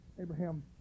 Abraham